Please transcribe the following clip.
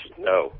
no